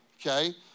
Okay